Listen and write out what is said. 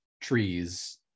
trees